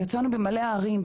ויצאנו במלא ערים,